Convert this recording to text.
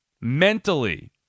mentally